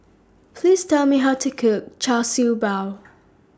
Please Tell Me How to Cook Char Siew Bao